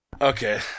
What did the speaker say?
Okay